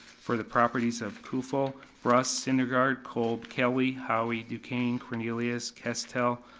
for the properties of kuffel, bruss, syndergaard, kolb, kelley, howey, duquaine, cornelius, kestell,